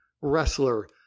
wrestler